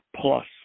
plus